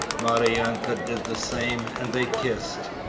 maryanka did the same, and they kissed.